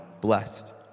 blessed